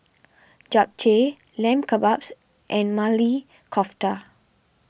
Japchae Lamb Kebabs and Maili Kofta